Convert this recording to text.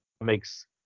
makes